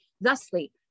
thusly